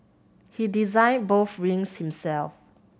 he designed both rings himself